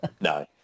No